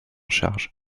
charge